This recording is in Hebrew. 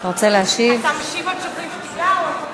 תודה רבה.